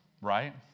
right